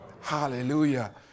Hallelujah